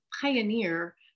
pioneer